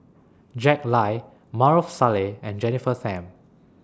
Jack Lai Maarof Salleh and Jennifer Tham